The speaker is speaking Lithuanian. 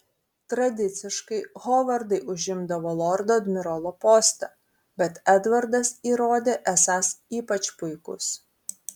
tradiciškai hovardai užimdavo lordo admirolo postą bet edvardas įrodė esąs ypač puikus